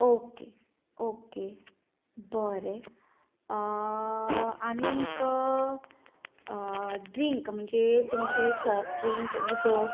okay okay बरें आनी drink म्हणजे तुमचे सोफ ड्रींक उदक